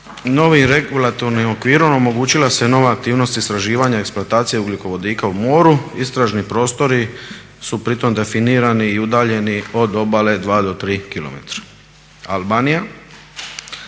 novim regulatornim okvirom omogućila se nova aktivnost istraživanja i eksploatacije ugljikovodika u moru. Istražni prostori su pritom definirani i udaljeni od obale 2 do 3 km. Albanija